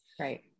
Right